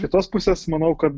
kitos pusės manau kad